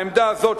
העמדה הזאת,